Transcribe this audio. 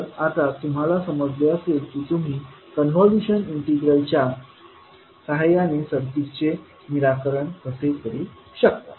तर आता तुम्हाला समजले असेल की तुम्ही कॉन्व्होल्यूशन इंटिग्रलच्या सहाय्याने सर्किट्सचे निराकरण कसे करू शकता